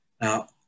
Now